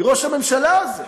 מראש הממשלה הזה.